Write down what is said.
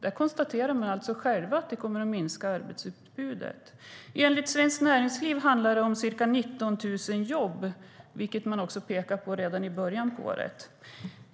Man konstaterar alltså själv att arbetsutbudet kommer att minska. Enligt Svenskt Näringsliv handlar det om ca 19 000 jobb, vilket man pekade på redan i början på året.